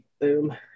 Boom